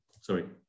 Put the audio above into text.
sorry